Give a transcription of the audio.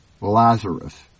Lazarus